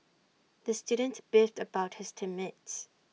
the student beefed about his team mates